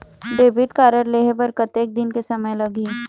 Debit card लेहे बर कतेक दिन के समय लगही?